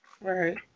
Right